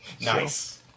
Nice